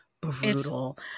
brutal